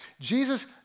Jesus